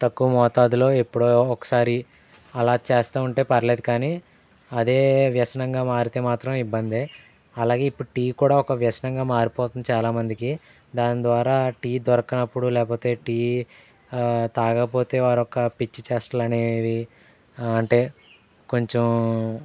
తక్కువ మోతాదులో ఎప్పుడో ఒకసారి అలా చేస్తూ ఉంటే పర్లేదు కానీ అదే వ్యసనంగా మారితే మాత్రం ఇబ్బందే అలాగే ఇప్పుడు టీ కూడా ఒక వ్యసనంగా మారుతుంది చాలా మందికి దాని ద్వారా టీ దొరకనప్పుడు లేకపోతే టీ తాగకపోతే వారొక పిచ్చిచేష్టలు అనేవి అంటే కొంచెం